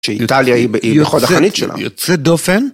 שאיטליה היא חוד החנית שלה. יוצאת דופן?